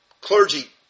clergy